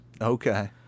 Okay